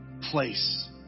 place